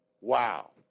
Wow